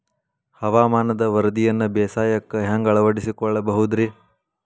ಹವಾಮಾನದ ವರದಿಯನ್ನ ಬೇಸಾಯಕ್ಕ ಹ್ಯಾಂಗ ಅಳವಡಿಸಿಕೊಳ್ಳಬಹುದು ರೇ?